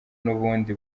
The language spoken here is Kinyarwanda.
n’ubundi